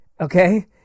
okay